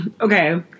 Okay